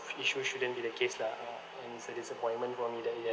issues shouldn't be the case lah uh and it's a disappointment for me that it